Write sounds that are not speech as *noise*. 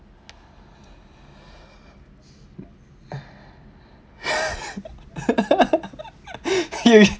*laughs* you